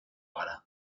gara